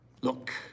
Look